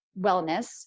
wellness